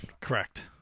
Correct